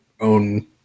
own